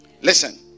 Listen